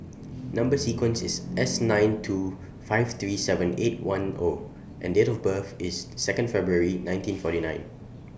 Number sequence IS S nine two five three seven eight one O and Date of birth IS Second February nineteen forty nine